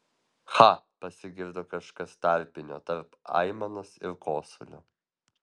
ch pasigirdo kažkas tarpinio tarp aimanos ir kosulio